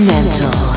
Mental